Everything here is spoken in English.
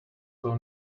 will